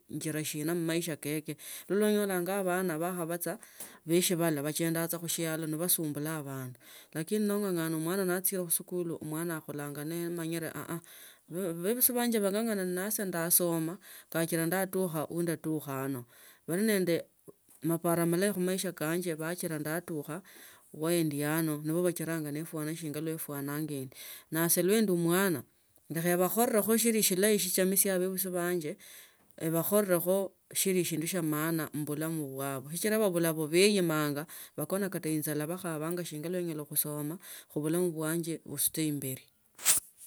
Injira shina mmaisha kekenilo onyalanga bana bakhaba saa bashibala bachendanga saa khusialo mna nebasambula nga abandu lakini nong’ang’ane omwana nachire khusikuli omwana akhulanga namangilo aaha bebusi banje balang’ang’ana nase ndasoma bachila ndatukha we ndatukha ana bali nende maparo malayi khumaisha kanje bachiba ndatukha we ndi ano nibo bashira nifwana shinga wefuananga indi. Basi nendi mwana nembakho khole shina sindu sina shilayi shichamishishya bebisi banje khakhorirekho shindu shi maana mubulamu bwabe sichila nabo beyimananga bakona kata injara bakhubanga shinga enyala khusoma khubulamu bwanje buisate imbeli.